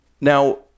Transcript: Now